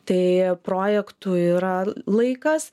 tai projektų yra laikas